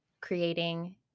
creating